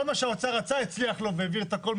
כל מה שהאוצר רצה הצליח לו והעביר את הכל,